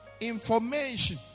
information